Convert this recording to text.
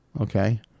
Okay